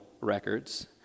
records